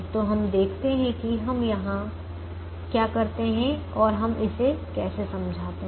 तो हम देखते हैं कि हम वहां क्या करते हैं और हम इसे कैसे समझाते हैं